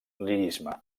lirisme